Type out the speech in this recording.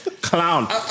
Clown